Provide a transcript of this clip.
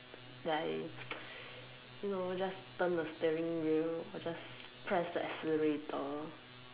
like you know just turn the steering wheel just press the accelerator